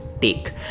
take